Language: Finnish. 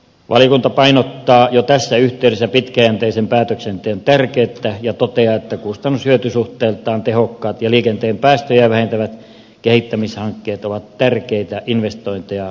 valiokunta painottaa jo tässä yhteydessä pitkäjänteisen päätöksenteon tärkeyttä ja toteaa että kustannushyöty suhteeltaan tehokkaat ja liikenteen päästöjä vähentävät kehittämishankkeet ovat tärkeitä investointeja tulevaisuuteen